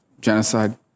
genocide